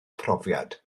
profiad